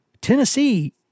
Tennessee